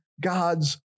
God's